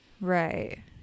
right